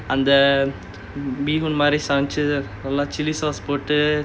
அந்த:antha bee hoon மாறி சமைச்சிட்டு நல்லா:maari samaichittu nallaa chili sauce போட்டுட்டு:pottuttu